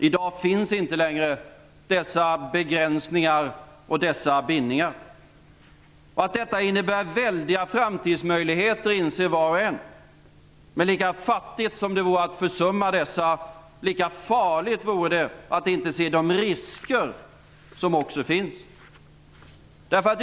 I dag finns inte längre dessa begränsningar och dessa bindningar. Att detta innebär väldiga framtidsmöjligheter inser var och en. Men lika fattigt som det vore att försumma dessa, lika farligt vore det att inte se de risker som också finns.